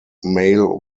male